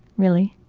really.